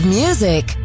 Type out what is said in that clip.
music